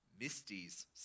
Misty's